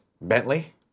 Bentley